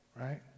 Right